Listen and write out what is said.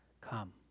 come